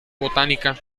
botánica